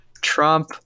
Trump